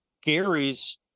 Gary's